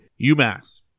UMass